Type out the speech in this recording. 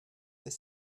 they